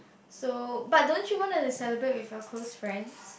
so but don't you want to celebrate with your close friends